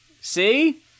see